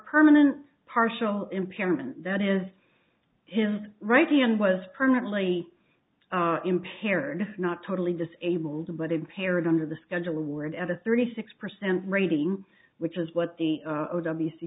permanent partial impairment that is his right hand was permanently impaired not totally disabled but impaired under the schedule award at a thirty six percent rating which is what the